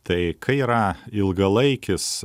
tai kai yra ilgalaikis